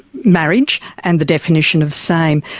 marriage and the definition of same.